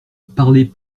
parlez